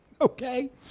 Okay